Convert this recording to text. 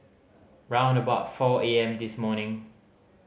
round about four A M this morning